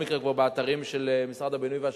באתרים של משרד הבינוי והשיכון,